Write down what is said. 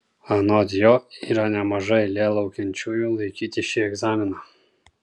anot jo yra nemaža eilė laukiančiųjų laikyti šį egzaminą